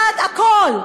הכול.